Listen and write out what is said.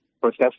process